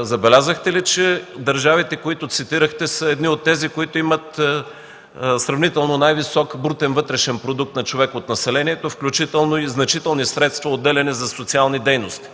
Забелязахте ли, че държавите, които цитирахте, са едни от тези, които имат сравнително най-висок брутен вътрешен продукт на човек от населението, включително и значителни средства, отделяни за социални дейности?